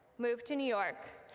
move to new york,